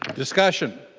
discussion